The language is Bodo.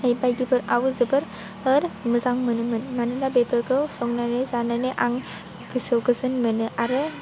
बायदिफोराव जोबोर मोजां मोनोमोन मोनोना बेफोरखौ संनानै जानानै आं गोसो गोजोन मोनो आरो